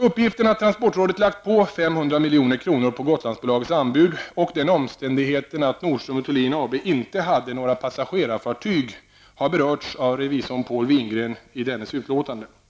Uppgiften att transportrådet lagt på 500 milj.kr. på Gotlandsbolagets anbud och den omständigheten att Nordström & Thulin AB inte hade några passagerarfartyg har berörts av revisorn Pål Wingren i dennes utlåtande.